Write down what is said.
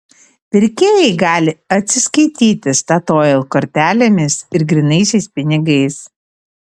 pirkėjai gali atsiskaityti statoil kortelėmis ir grynaisiais pinigais